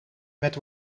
met